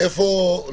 אם אני מבין נכון.